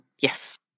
Yes